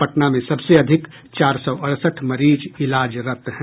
पटना में सबसे अधिक चार सौ अड़सठ मरीज इलाजरत हैं